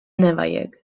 nevajag